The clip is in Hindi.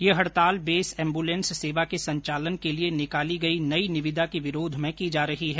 ये हडताल बेस एम्बूलेन्स सेवा के संचालन के लिए निकाली गई नई निविदा के विरोध में की जा रही है